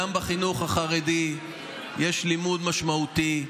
גם בחינוך החרדי יש לימוד משמעותי,